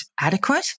adequate